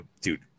Dude